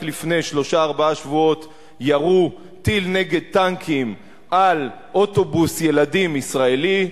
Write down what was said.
רק לפני שלושה-ארבעה שבועות ירו טיל נגד טנקים על אוטובוס ילדים ישראלי,